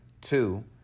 Two